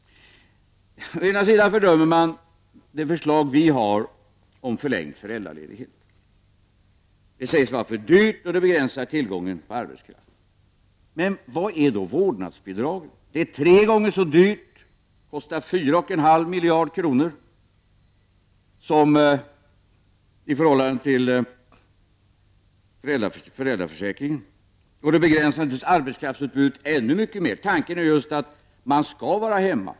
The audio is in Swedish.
Man fördömer regeringens förslag om förlängd föräldraledighet. Det blir för dyrt och det begränsar tillgången på arbetskraft, säger man. Vad innebär då vårdnadsbidraget? Det är tre gånger så dyrt — kostnaden är 4,5 miljarder kronor i förhållande till föräldraförsäkringen — och det begränsar naturligtvis arbetskraftsutbudet ännu mycket mer. Tanken är ju att man skall vara hemma.